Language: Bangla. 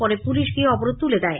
পরে পুলিশ গিয়ে অবরোধ তুলে দেয়